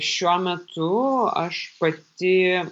šiuo metu aš pati